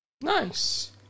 Nice